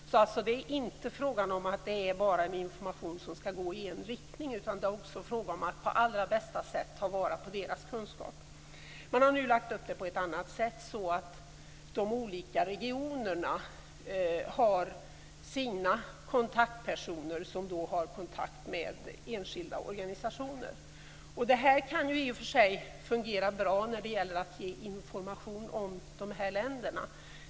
Det är alltså inte bara fråga om information som skall gå i en riktning, utan det är också fråga om att på allra bästa sätt ta vara på organisationernas kunskap. Det hela har nu lagts upp på ett annat sätt. De olika regionerna har sina kontaktpersoner som har kontakt med enskilda organisationer. Det kan i och för sig fungera bra när det gäller att ge information om länderna.